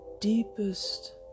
deepest